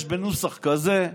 יש בנוסח כזה,